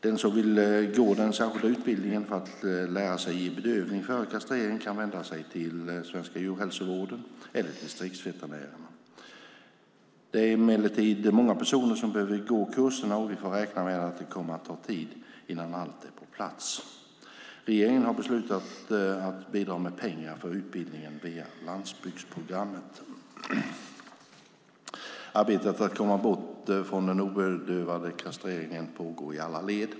Den som vill gå den särskilda utbildningen för att lära sig ge bedövning före kastreringen kan vända sig till Svenska Djurhälsovården eller Distriktsveterinärerna. Det är emellertid många personer som behöver gå kurserna, och vi får räkna med att det kommer att ta tid innan allt är på plats. Regeringen har beslutat att bidra med pengar för utbildningen via landsbygdsprogrammet. Arbetet för att komma bort från den obedövade kastreringen pågår i alla led.